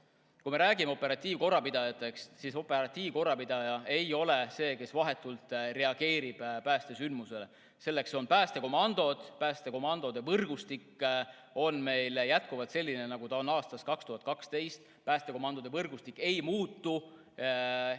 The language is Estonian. Kui me räägime operatiivkorrapidajatest, siis operatiivkorrapidaja ei ole see, kes vahetult reageerib päästesündmusele. Selleks on päästekomandod. Päästekomandode võrgustik on meil jätkuvalt selline, nagu ta on olnud aastast 2012. Päästekomandode võrgustik ei muutu,